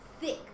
thick